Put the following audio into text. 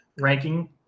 Ranking